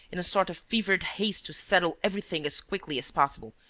in a sort of fevered haste to settle everything as quickly as possible.